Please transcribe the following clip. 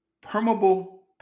permeable